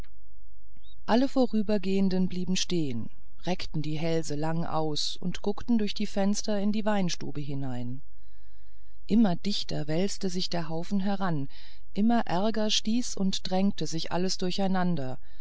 alle vorübergehende blieben stehen reckten die hälse lang aus und guckten durch die fenster in die weinstube hinein immer dichter wälzte sich der haufe heran immer ärger stieß und drängte sich alles durcheinander